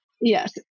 yes